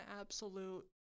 absolute